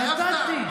נתתי.